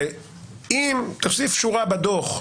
אם תוסיף שורה בדו"ח,